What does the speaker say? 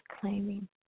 claiming